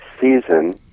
season